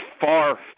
far